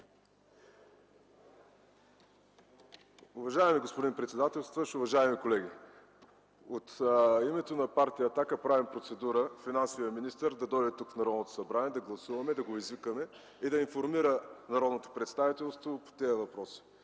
Уважаеми господин председател, уважаеми колеги! От името на Партия „Атака” правя процедура финансовият министър да дойде тук, в Народното събрание, да гласуваме и да го извикаме, да информира Народното представителство по тези въпроси